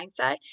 mindset